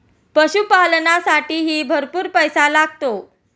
पशुपालनालासाठीही भरपूर पैसा लागतो